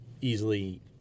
easily